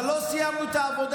אבל לא סיימנו את העבודה.